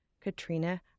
Katrina